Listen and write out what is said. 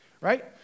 Right